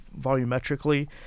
volumetrically